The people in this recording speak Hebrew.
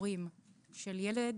להורים של ילד